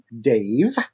Dave